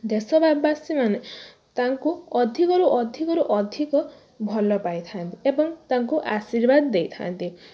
ଦେଶ ବାସୀମାନେ ତାଙ୍କୁ ଅଧିକରୁ ଅଧିକରୁ ଅଧିକ ଭଲ ପାଇଥାନ୍ତି ଏବଂ ତାଙ୍କୁ ଆଶୀର୍ବାଦ ଦେଇଥାନ୍ତି